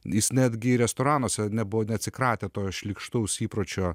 jis netgi restoranuose nebuvo neatsikratė to šlykštaus įpročio